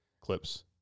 Clips